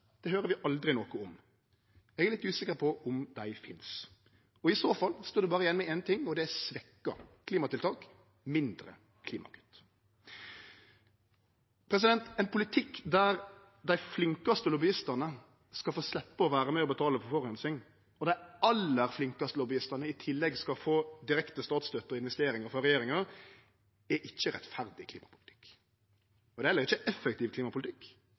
det høyrer vi aldri noko om. Eg er litt usikker på om dei finst. I så fall står vi berre igjen med éin ting, og det er svekte klimatiltak, mindre klimakutt. Ein politikk der dei flinkaste lobbyistane skal få sleppe å vere med og betale for forureining, og dei aller flinkaste lobbyistane i tillegg skal få direkte statsstøtte og investeringar frå regjeringa, er ikkje rettferdig klimapolitikk. Det er heller ikkje effektiv klimapolitikk,